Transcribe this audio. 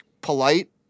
polite